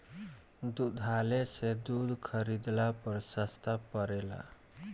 दुग्धालय से दूध खरीदला पर सस्ता पड़ेला?